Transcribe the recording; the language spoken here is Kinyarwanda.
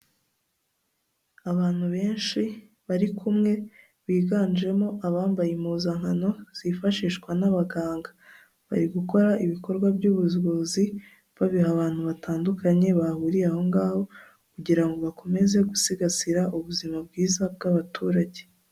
Abantu benshi bari kumwe biganjemo abambaye impuzankano zifashishwa n'abaganga, bari gukora ibikorwa by'ubuvuzi babiha abantu batandukanye bahuriye ahongaho, kugira ngo bakomeze gusigasira ubuzima bwiza bw'abaturage.